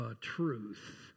truth